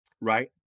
right